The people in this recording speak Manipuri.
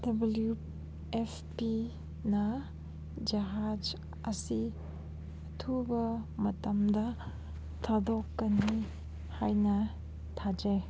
ꯗꯕ꯭ꯂꯌꯨ ꯑꯦꯐ ꯄꯤꯅ ꯖꯍꯥꯖ ꯑꯁꯤ ꯑꯊꯨꯕ ꯃꯇꯝꯗ ꯊꯥꯗꯣꯛꯀꯅꯤ ꯍꯥꯏꯅ ꯊꯥꯖꯩ